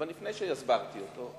אבל לפני שהסברתי אותו,